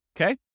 Okay